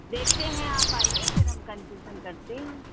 देखते हैं आप आइए फिर हम कन्सेशन करते हैं